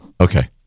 Okay